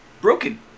Broken